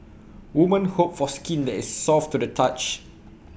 women hope for skin that is soft to the touch